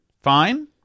fine